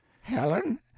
Helen